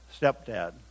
stepdad